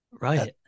right